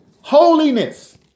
Holiness